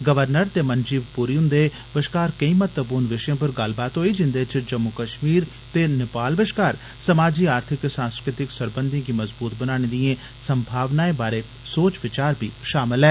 governor ते मंजीव प्री ह्न्दे बश्कार केंई महत्वपूर्ण विषयें पर गल्लबात होई जिन्दे च जम्मू कश्मीर ते नेपाल बश्कार समाजी आर्थिक ते सांस्कृतिक सरबंधे गी मजबूत बनाने दियें संभावनाएं बारै सोच विचार बी शामल ऐ